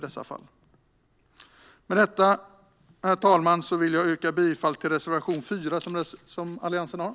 Herr talman! Jag yrkar bifall till Alliansens reservation, nr 4.